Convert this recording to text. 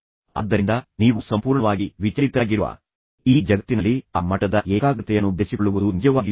ಆದ್ದರಿಂದ ನೀವು ಸಂಪೂರ್ಣವಾಗಿ ವಿಚಲಿತರಾಗಿರುವ ಈ ಜಗತ್ತಿನಲ್ಲಿ ಆ ಮಟ್ಟದ ಏಕಾಗ್ರತೆಯನ್ನು ಬೆಳೆಸಿಕೊಳ್ಳುವುದು ನಿಜವಾಗಿಯೂ ಕಷ್ಟ